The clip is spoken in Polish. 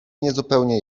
niezupełnie